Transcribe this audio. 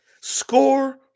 Score